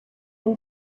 been